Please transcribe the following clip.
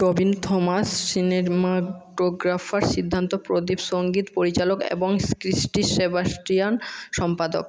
Tobin Thomas cinematographer Siddhant Pradeep সঙ্গীত পরিচালক এবং ক্রিস্টি সেবাস্টিয়ান সম্পাদক